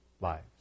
lives